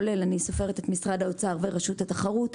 אני סופרת את משרד האוצר ורשות התחרות,